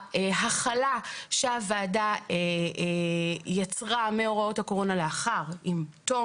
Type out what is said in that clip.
ההחלה שהוועדה יצרה מהוראות הקורונה עם תום